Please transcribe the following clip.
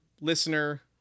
listener